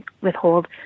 withhold